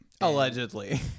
Allegedly